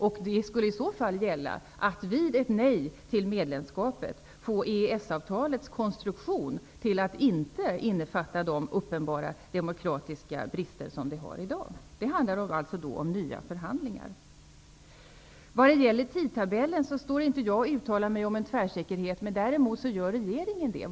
Vid ett nej till medlemskapet skulle det gälla att få EES-avtalets konstruktion till att inte innefatta de uppenbara demokratiska brister som det har i dag. Det handlar alltså om nya förhandlingar. Jag står inte och uttalar mig med tvärsäkerhet om tidtabellen, däremot gör regeringen det.